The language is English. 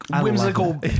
whimsical